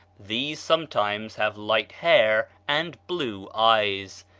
these sometimes have light hair and blue eyes.